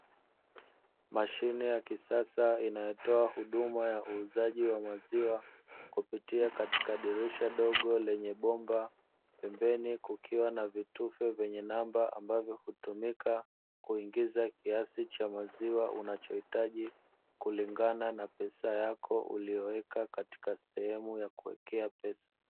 Mashine ya kisasa inayotoa huduma ya uuzaji wa maziwa, kupitia katika dirisha dogo lenye bomba, pembeni kukiwa na vitufe vyenye namba ambavyo hutumika kuingiza kiasi cha maziwa unachohitaji, kulingana na pesa yako uliyoweka katika sehemu ya kuwekea pesa.